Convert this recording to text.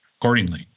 accordingly